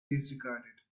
disregarded